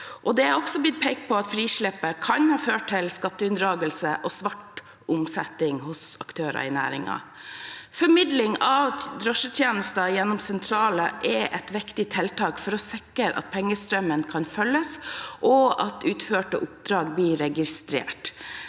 Det er også blitt pekt på at frislippet kan føre til skatteunndragelse og svart omsetning hos aktører i næringen. Formidling av drosjetjenester gjennom sentraler er et viktig tiltak for å sikre at pengestrømmen kan følges, og at utførte oppdrag blir registrert.